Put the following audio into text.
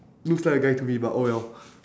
looks like a guy to me but oh well